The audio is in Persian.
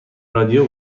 رادیو